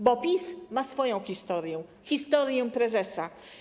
Bo PiS ma swoją historię, historię prezesa.